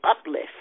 uplift